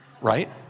right